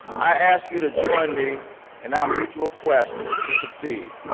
i ask you to join me in our mutual quest to succeed.